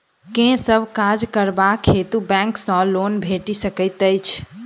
केँ सब काज करबाक हेतु बैंक सँ लोन भेटि सकैत अछि?